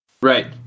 Right